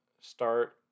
start